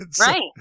right